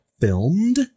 filmed